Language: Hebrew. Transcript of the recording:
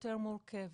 יותר מורכבת.